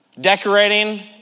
Decorating